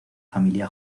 familia